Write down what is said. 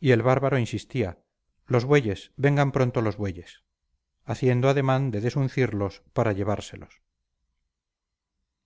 y el bárbaro insistía los bueyes vengan pronto los bueyes haciendo ademán de desuncirlos para llevárselos